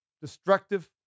Destructive